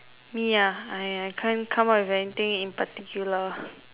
me ah I I can't come up with anything in particular